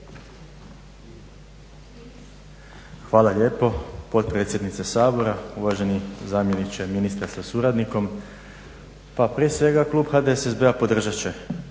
Hvala lijepo potpredsjednice Sabora, uvaženi zamjeniče ministra sa suradnikom. Pa prije svega Klub HDSSB-a podržati će